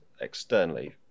externally